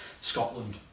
Scotland